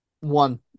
One